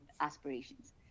aspirations